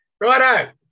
Righto